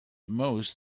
most